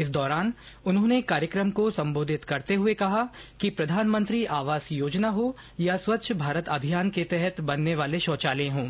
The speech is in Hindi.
इस दौरान उन्होंने कार्यक्रम को संबोधित करते हुए कहा कि प्रधानमंत्री आवास योजना हो या स्वच्छ भारत अभियान के तहत बनने वाले शौचालय हों